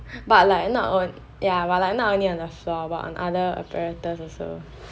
but like not only ya but not only on the floor but other apparatus also well